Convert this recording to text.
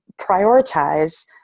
prioritize